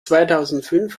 zweitausendfünf